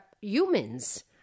humans